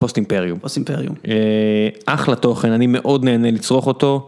פוסט אימפריום, פוסט אימפריום, אחלה תוכן, אני מאוד נהנה לצרוך אותו.